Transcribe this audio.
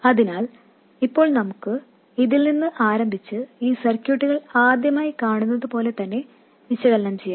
അതിനാൽ ഇപ്പോൾ നമുക്ക് ഇതിൽ നിന്ന് ആരംഭിച്ച് ഈ സർക്യൂട്ടുകൾ ആദ്യമായി കാണുന്നതുപോലെതന്നെ വിശകലനം ചെയ്യാം